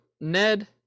Ned